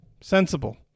sensible